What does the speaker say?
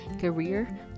career